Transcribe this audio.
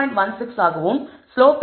16 ஆகவும் slope parameter 15